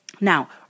Now